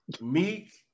Meek